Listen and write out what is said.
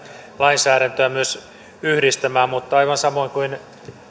lainsäädäntöä yhdistämään mutta aivan samoin kuin